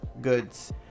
goods